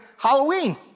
Halloween